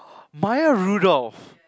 Maya-Rudolph